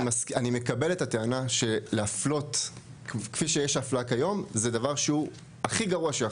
אני מקבל את הטענה שלהפלות כפי שיש אפליה כיום זה הדבר הכי גרוע,